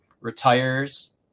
retires